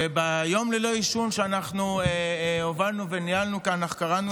ביום ללא עישון שהובלנו וניהלנו כאן קראנו